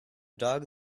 dog